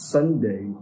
Sunday